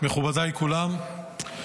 מכובדיי כולם, אדוני,